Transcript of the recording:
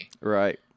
Right